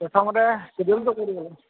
প্ৰথমতে